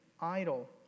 idle